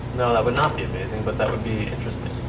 no, that would not be amazing. but that would be interesting.